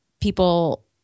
people